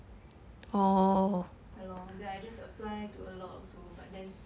ya lor then I just apply to a lot also but then